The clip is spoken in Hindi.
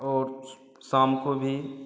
और शाम को भी